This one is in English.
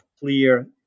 clear